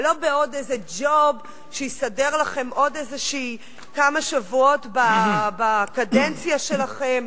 ולא בעוד איזה ג'וב שיסדר לכם עוד כמה שבועות בקדנציה שלכם,